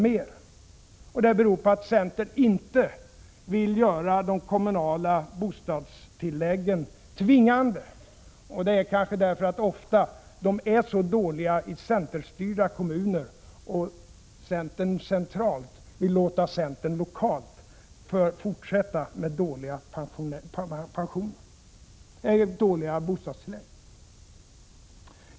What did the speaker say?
mer, och det beror på att centern inte vill göra de kommunala bostadstilläggen tvingande — kanske därför att de ofta är så dåliga i centerstyrda kommuner, och centern centralt vill låta centern lokalt fortsätta med dåliga bostadstillägg.